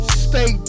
stay